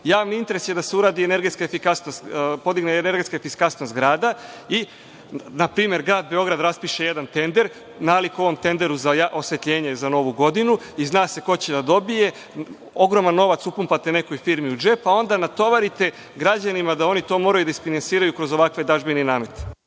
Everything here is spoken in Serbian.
javni interes je da se podigne energetska efikasnost grada i, na primer, grad Beograd raspiše jedan tender nalik ovom tenderu za osvetljenje za Novu godinu, zna se ko će da dobije, ogroman novac upumpate nekoj firmi u džep, a onda natovarite građanima da oni to moraju da isfinansiraju kroz ovakve dažbine i namete.